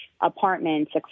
apartments